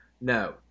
No